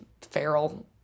feral